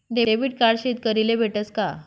Debit card शेतकरीले भेटस का?